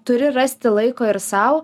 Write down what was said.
turi rasti laiko ir sau